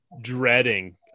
dreading